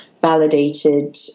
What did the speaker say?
validated